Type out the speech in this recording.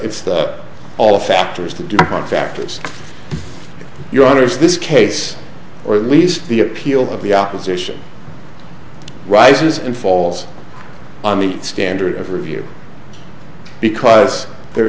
it's all factors to different factors your honour's this case or at least the appeal of the opposition rises and falls on the standard of review because there